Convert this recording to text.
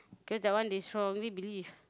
cause that one they strongly believe